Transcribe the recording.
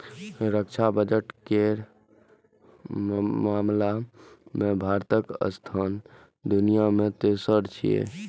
रक्षा बजट केर मामला मे भारतक स्थान दुनिया मे तेसर छै